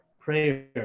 prayer